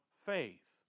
faith